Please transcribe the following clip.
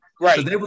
right